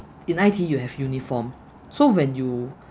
in I_T_E you have uniform so when you